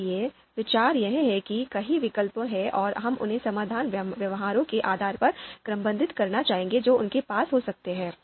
इसलिए विचार यह है कि कई विकल्प हैं और हम उन्हें समान व्यवहारों के आधार पर क्रमबद्ध करना चाहेंगे जो उनके पास हो सकते हैं